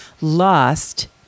lost